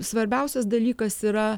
svarbiausias dalykas yra